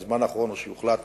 בזמן האחרון או שיוחלט,